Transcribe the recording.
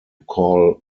call